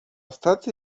stacji